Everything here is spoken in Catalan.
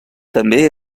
també